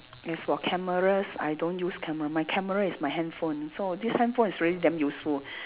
as for cameras I don't use camera my camera is my handphone so this handphone is really damn useful